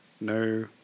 No